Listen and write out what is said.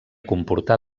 comportar